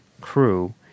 crew